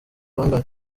bangahe